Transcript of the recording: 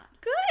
Good